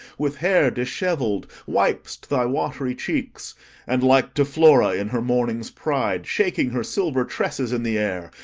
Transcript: with hair dishevell'd wip'st thy watery cheeks and, like to flora in her morning's pride, shaking her silver tresses in the air,